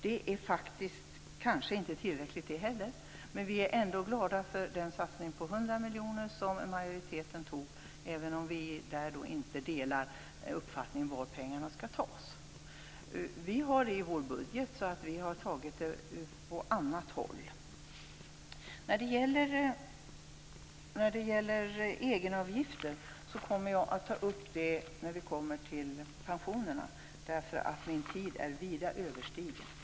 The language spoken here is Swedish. Det är kanske inte tillräckligt, men vi ändå glada för den satsning på 100 miljoner som majoriteten föreslår även om vi inte delar uppfattningen om var pengarna skall tas. Vi har det i vår budget, men vi har tagit det på annat håll. Egenavgifterna kommer jag att ta upp när vi kommer till pensionerna. Min taletid är redan vida överstigen.